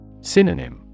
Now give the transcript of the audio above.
Synonym